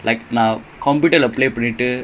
oh for english part no I